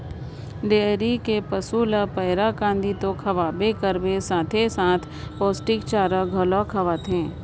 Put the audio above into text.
dairy कर पसू ल पैरा, कांदी तो खवाबे करबे साथे साथ पोस्टिक चारा घलो खवाथे